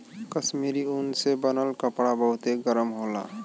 कश्मीरी ऊन से बनल कपड़ा बहुते गरम होला